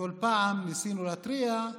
כל פעם שניסינו להתריע,